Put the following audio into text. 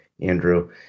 Andrew